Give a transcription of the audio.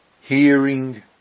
hearing